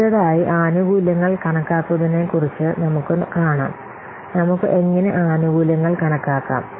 അടുത്തതായി ആനുകൂല്യങ്ങൾ കണക്കാക്കുന്നതിനെക്കുറിച്ച് നമുക്ക് കാണാം നമുക്ക് എങ്ങനെ ആനുകൂല്യങ്ങൾ കണക്കാക്കാം